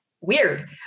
weird